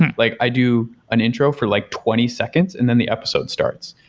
and like i do an intro for like twenty seconds and then the episode starts.